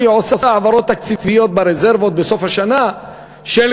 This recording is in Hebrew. כי היא עושה בסוף השנה העברות תקציביות ברזרבות